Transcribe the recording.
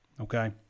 Okay